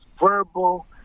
verbal